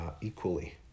equally